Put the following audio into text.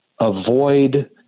avoid